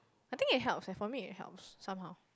I think it helps eh for me it helps somehow